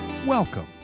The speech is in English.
welcome